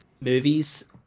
movies